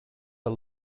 are